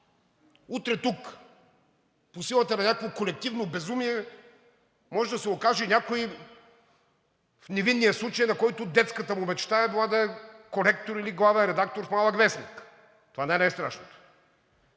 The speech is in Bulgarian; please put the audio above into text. Утре тук по силата на някакво колективно безумие може да се окаже някой в невинния случай, на който детската му мечта е била да е коректор или главен редактор в малък вестник. Това не е най-страшното.